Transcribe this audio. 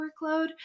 workload